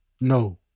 No